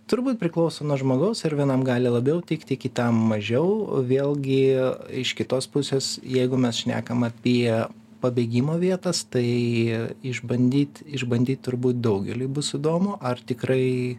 turbūt priklauso nuo žmogaus ir vienam gali labiau tikti kitam mažiau vėlgi iš kitos pusės jeigu mes šnekam apie pabėgimo vietas tai išbandyt išbandyt turbūt daugeliui bus įdomu ar tikrai